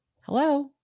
Hello